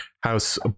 house